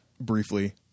Briefly